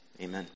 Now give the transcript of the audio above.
amen